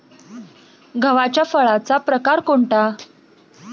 गव्हाच्या फळाचा प्रकार कोणता?